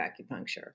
acupuncture